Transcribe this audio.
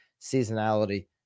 seasonality